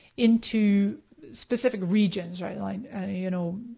into specific regions, right? like you know,